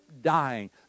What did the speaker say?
dying